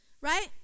right